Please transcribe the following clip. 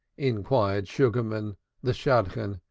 inquired sugarman the shadchan,